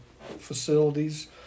facilities